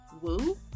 Woo